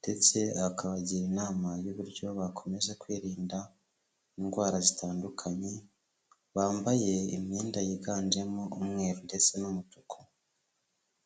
ndetse akabagira inama y'uburyo bakomeza kwirinda indwara zitandukanye, bambaye imyenda yiganjemo umweru ndetse n'umutuku.